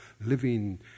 living